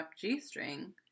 g-string